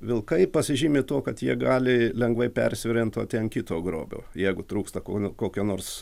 vilkai pasižymi tuo kad jie gali lengvai persiorientuoti ant kito grobio jeigu trūksta kūn kokio nors